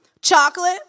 Chocolate